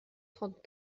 trente